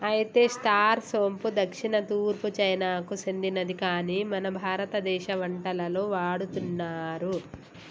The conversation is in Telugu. అయితే స్టార్ సోంపు దక్షిణ తూర్పు చైనాకు సెందినది కాని మన భారతదేశ వంటలలో వాడుతున్నారు